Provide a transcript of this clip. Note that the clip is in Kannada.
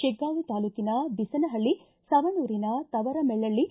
ಶಿಗ್ಗಾಂವ ತಾಲೂಕಿನ ಬಿಸನಹಳ್ಳಿ ಸವಣೂರಿನ ತವರಮೆಳ್ಳಳ್ಳಿ